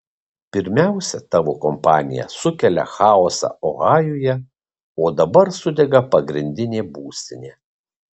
pirmiausia tavo kompanija sukelia chaosą ohajuje o dabar sudega pagrindinė būstinė